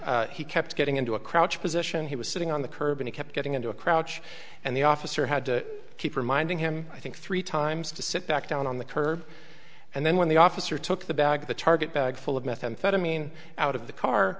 again he kept getting into a crouched position he was sitting on the curb and kept getting into a crouch and the officer had to keep reminding him i think three times to sit back down on the curb and then when the officer took the bag the target bag full of methamphetamine out of the car